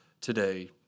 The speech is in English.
today